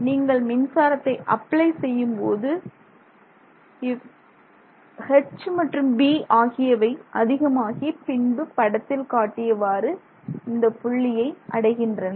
நீங்கள் மின்சாரத்தை அப்ளை செய்யும்போது 'H' மற்றும் 'B' ஆகியவை அதிகமாகி பின்பு படத்தில் காட்டியவாறு இந்த புள்ளியை அடைகின்றன